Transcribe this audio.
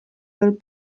dal